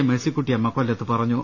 മേഴ്സിക്കുട്ടിയമ്മ കൊല്ലത്ത് പറഞ്ഞു